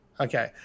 okay